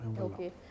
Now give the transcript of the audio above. Okay